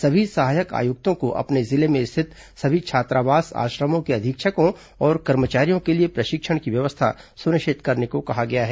सभी सहायक आयुक्तों को अपने जिले में स्थित सभी छात्रावास आश्रमों के अधीक्षकों और कर्मचारियों के लिए प्रशिक्षण की व्यवस्था सुनिश्चित करने कहा गया है